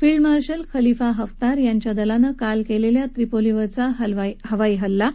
field marshal Khalifa Haftar यांच्या दलानं काल क्लिखी त्रिपोलीवरचा हवाई हल्ला